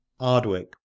Ardwick